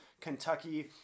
Kentucky